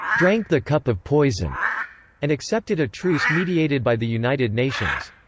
drank the cup of poison and accepted a truce mediated by the united nations.